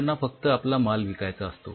त्यांना फक्त आपला माल विकायचा असतो